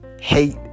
hate